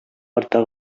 арта